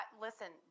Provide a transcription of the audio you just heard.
listen